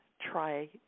try